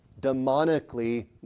demonically